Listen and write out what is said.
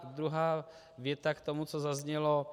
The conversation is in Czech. Druhá věta k tomu, co zaznělo.